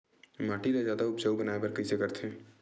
माटी ला जादा उपजाऊ बनाय बर कइसे करथे?